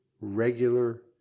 regular